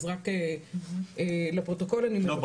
אז לפרוטוקול אני מבקשת --- לא,